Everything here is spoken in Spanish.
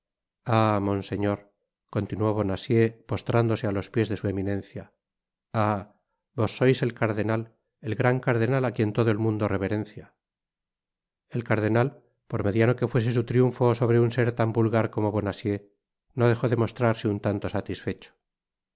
monseñor continuó bonacieux postrándose á los pies de su eminencia ah vos sois el cardenal el gran cardenal á quien todo el mundo reverencia el cardenal por mediano que fuese su triunfo sobre un ser tan vulgar como bonacieux no dejó de mostrarse un tanto satisfecho en